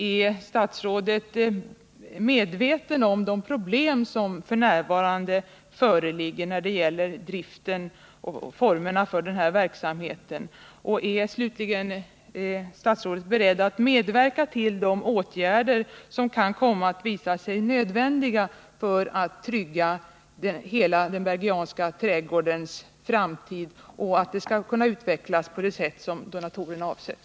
Är statsrådet medveten om de problem som f. n. föreligger när det gäller driften och formerna för verksamheten? Jag vill slutligen fråga om statsrådet är beredd att medverka till att de åtgärder vidtas som kan komma att visa sig nödvändiga för att trygga den Bergianska trädgårdens framtid och för att verksamheten skall kunna utvecklas på det sätt som donatorerna avsett.